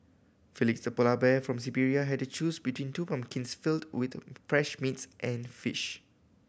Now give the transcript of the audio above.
Felix the polar bear from Siberia had to choose between two pumpkins filled with fresh meats and fish